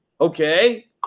okay